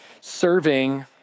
Serving